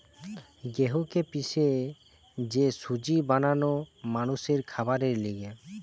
গেহুকে পিষে যে সুজি বানানো মানুষের খাবারের লিগে